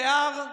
שיער,